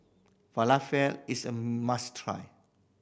falafel is a must try